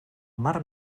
mar